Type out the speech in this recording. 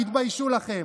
תתביישו לכם.